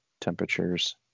temperatures